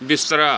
ਬਿਸਤਰਾ